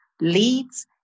leads